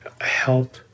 help